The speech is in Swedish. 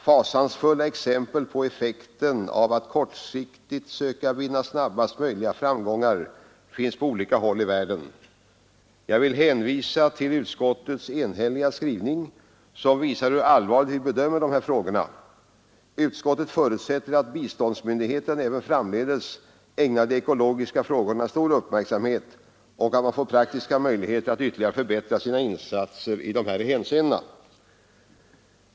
Fasansfulla exempel på effekten av att kortsiktigt söka vinna snabbast möjliga framgångar finns på olika håll i världen. Jag vill hänvisa till utskottets enhälliga skrivning, som visar hur allvarligt vi bedömer dessa frågor. Utskottet förutsätter att biståndsmyndigheten även framdeles ägnar de ekologiska frågorna stor uppmärksamhet och att man får praktiska möjligheter att ytterligare förbättra insatserna i dessa hänseenden.